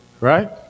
right